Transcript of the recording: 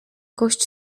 kość